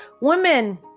women